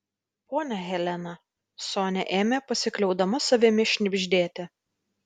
ponia helena sonia ėmė pasikliaudama savimi šnibždėti